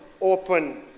open